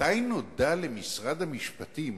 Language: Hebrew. מתי נודע למשרד המשפטים